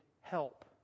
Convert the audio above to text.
help